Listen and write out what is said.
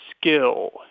skill